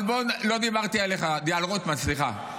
--- לא דיברתי עליך, דיברתי על רוטמן, סליחה.